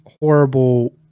horrible